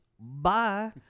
Bye